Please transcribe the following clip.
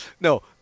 No